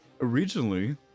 originally